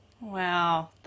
Wow